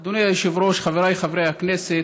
אדוני היושב-ראש, חבריי חברי הכנסת,